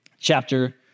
Chapter